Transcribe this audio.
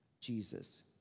Jesus